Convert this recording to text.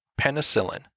penicillin